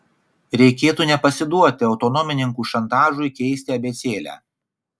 reikėtų nepasiduoti autonomininkų šantažui keisti abėcėlę